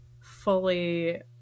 fully